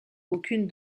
aucune